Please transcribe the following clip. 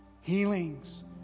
Healings